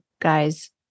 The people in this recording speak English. Guys